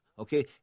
Okay